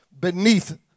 beneath